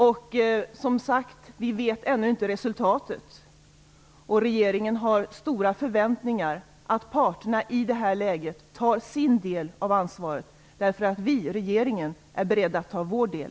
Vi vet som sagt ännu inte resultatet. Regeringen har stora förväntningar på att parterna i det här läget tar sin del av ansvaret. Vi i regeringen är beredda att ta vår del.